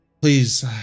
please